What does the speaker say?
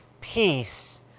peace